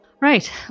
Right